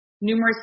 numerous